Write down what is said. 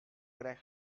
greg